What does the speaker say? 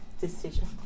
decision